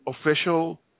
official